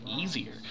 easier